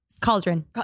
Cauldron